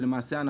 ולמעשה,